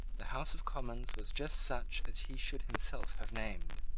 the house of commons was just such as he should himself have named.